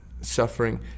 suffering